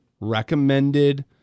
recommended